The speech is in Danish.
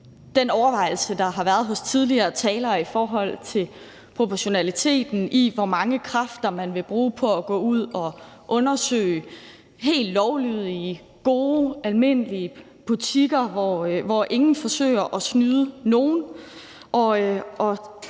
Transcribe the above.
den overvejelse, der har været hos tidligere talere, i forhold til proportionaliteten i, hvor mange kræfter man vil bruge på at gå ud og undersøge helt lovlydige, gode, almindelige butikker, hvor ingen forsøger at snyde nogen,